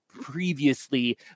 previously